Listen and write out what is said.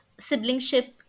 siblingship